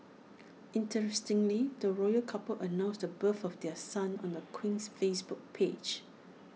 interestingly the royal couple announced the birth of their son on the Queen's Facebook page